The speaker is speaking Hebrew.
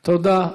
תודה.